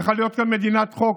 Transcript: צריכה להיות כאן מדינת חוק,